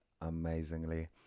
amazingly